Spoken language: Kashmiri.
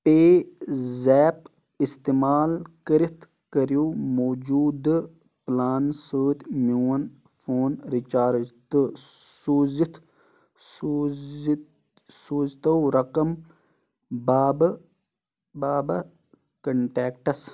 پے زیپ استعمال کٔرِتھ کٔرِو موٗجوٗدٕ پلانہٕ سۭتۍ میون فون رِچارٕج تہٕ سوٗزِتھ سوٗز سوٗزتو رقم بابہٕ بَابا کنٹیکٹَس